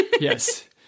Yes